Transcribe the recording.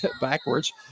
backwards